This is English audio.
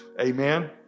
Amen